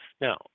Now